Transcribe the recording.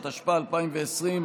התשפ"א 2020,